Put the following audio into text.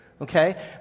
okay